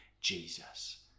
Jesus